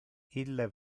ille